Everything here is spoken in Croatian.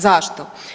Zašto?